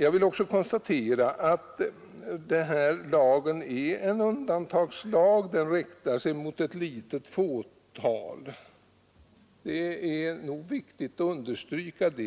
Jag vill också konstatera att lagen är en undantagslag — det är nog viktigt att understryka det. Den riktar sig mot ett litet fåtal: